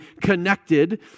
connected